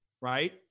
right